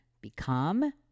become